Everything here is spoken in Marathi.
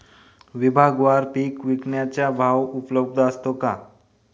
विभागवार पीक विकण्याचा भाव उपलब्ध असतो का?